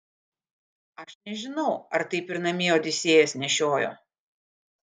aš nežinau ar taip ir namie odisėjas nešiojo